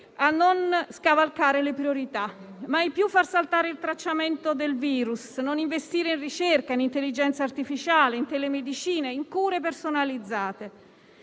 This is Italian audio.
a non scavalcare le priorità. Mai più far saltare il tracciamento del virus, non investire in ricerca, in intelligenza artificiale, in telemedicina e in cure personalizzate.